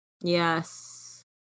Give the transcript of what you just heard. Yes